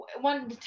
one